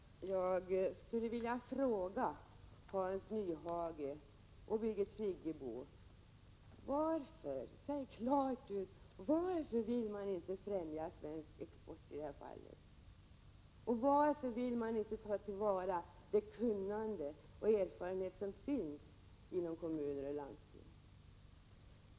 Herr talman! Jag skulle vilja rikta en uppmaning till Hans Nyhage och Birgit Friggebo: Säg klart ut varför ni inte vill ftämja svensk export i det här fallet och varför ni inte vill ta till vara det kunnande och den erfarenhet som finns inom kommuner och landsting?